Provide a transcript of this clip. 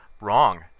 wrong